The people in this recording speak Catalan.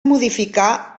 modificar